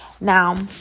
Now